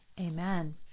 amen